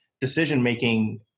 decision-making